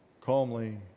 calmly